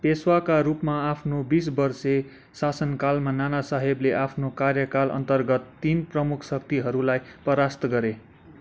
पेसवाका रूपमा आफ्नो बिस वर्षे शासनकालमा नानासाहेबले आफ्नो कार्यकालअन्तर्गत तिन प्रमुख शक्तिहरूलाई परास्त गरे